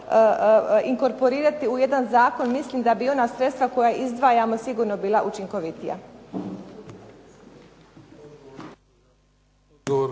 inkorporirati u jedan zakon. Mislim da bi ona sredstva koja izdvajamo sigurno bila učinkovitija.